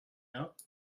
out